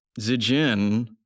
Zijin